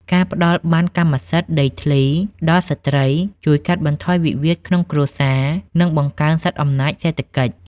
ការផ្ដល់ប័ណ្ណកម្មសិទ្ធិដីធ្លីដល់ស្រ្តី ជួយកាត់បន្ថយវិវាទក្នុងគ្រួសារ និងបង្កើនសិទ្ធិអំណាចសេដ្ឋកិច្ច។